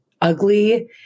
ugly